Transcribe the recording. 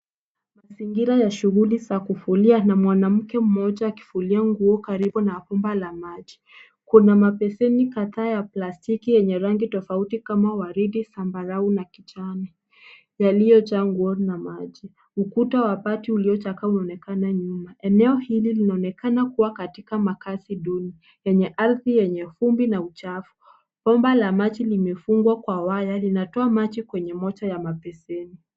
Mazingira ya shughuli za kufulia na mwanamke mmoja akifulia nguo karibu na bomba la maji. Kuna mabeseni kadhaa ya plastiki yenye rangi tofauti kama waridi, sambarau na kijana yaliyojaa nguo na maji. Ukuta wa bati uliochakaa umeonekana nyuma. Eneo hili linaonekana kuwa katika makazi duni yenye ardhi yenye vumbi na uchafu. Bomba la maji limefungwa kwa waya linatoa maji kwenye moja ya mabeseni.